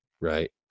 right